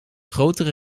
grotere